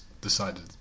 decided